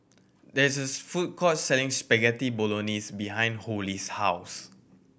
there is food court selling Spaghetti Bolognese behind Holly's house